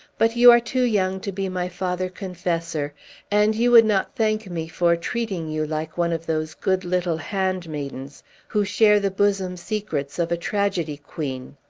but you are too young to be my father confessor and you would not thank me for treating you like one of those good little handmaidens who share the bosom secrets of a tragedy-queen.